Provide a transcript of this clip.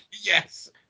Yes